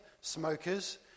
smokers